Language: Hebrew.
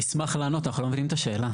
נשמח לענות, אנחנו לא מבינים את השאלה.